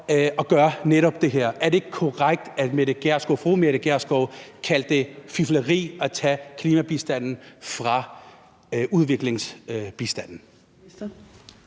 at gøre netop det her? Er det ikke korrekt, at fru Mette Gjerskov kaldte det fifleri at tage klimabistanden fra udviklingsbistanden?